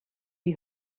you